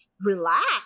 relax